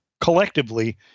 collectively